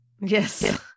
Yes